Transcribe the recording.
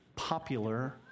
popular